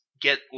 get